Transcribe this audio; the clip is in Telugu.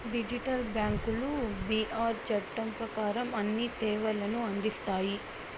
డిజిటల్ బ్యాంకులు బీఆర్ చట్టం ప్రకారం అన్ని సేవలను అందిస్తాయి